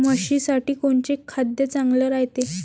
म्हशीसाठी कोनचे खाद्य चांगलं रायते?